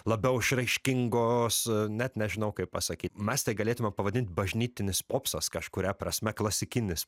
labiau išraiškingos net nežinau kaip pasakyt mes tai galėtume pavadint bažnytinis popsas kažkuria prasme klasikinis